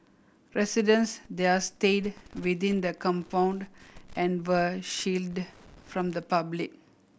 residents there stayed within the compound and were shielded from the public